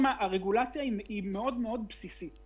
הרגולציה שם היא מאוד מאד בסיסית,